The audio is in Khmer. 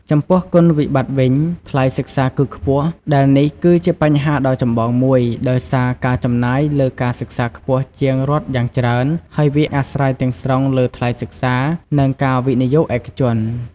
ចំពោះគុណវិបត្តិវិញ ថ្លៃសិក្សាគឺខ្ពស់ ដែលនេះគឺជាបញ្ហាដ៏ចម្បងមួយ ដោយសារការចំណាយលើការសិក្សាខ្ពស់ជាងរដ្ឋយ៉ាងច្រើន ហើយវាអាស្រ័យទាំងស្រុងលើថ្លៃសិក្សានិងការវិនិយោគឯកជន។